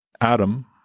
Adam